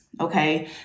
Okay